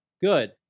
Good